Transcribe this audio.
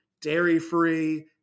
dairy-free